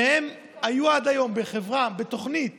שהיו עד היום בחברה, בתוכנית